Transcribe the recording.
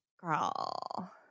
Girl